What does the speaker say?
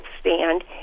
stand